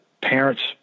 parents –